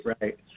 right